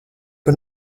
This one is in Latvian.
par